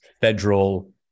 federal